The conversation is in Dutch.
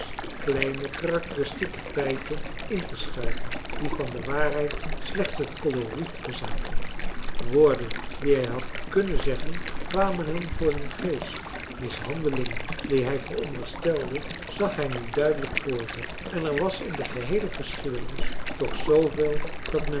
kleine karakteristieke feiten inte schuiven die van de waarheid slechts het coloriet bezaten woorden die hij had kunnnen zeggen kwamen hem voor den geest mishandelingen die hij veronderstelde zag hij nu duidelijk voor zich en er was in de geheele geschiedenis toch zooveel dat